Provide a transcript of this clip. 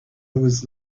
always